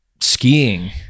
Skiing